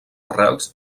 arrels